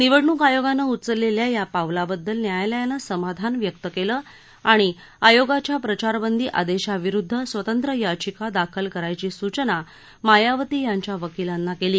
निवडणूक आयोगानं उचललखिा या पावलाबद्दल न्यायालयानं समाधान व्यक्त कलि आणि आयोगाच्या प्रचारबंदी आदध्यविरुद्ध स्वतंत्र याचिका दाखल करायची सूचना मायावती यांच्या वकिलांना क्ली